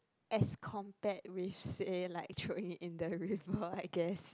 as compared with say like throwing in the river I guess